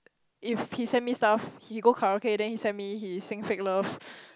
if he send me stuff he go karaoke then he send me he sing Fake Love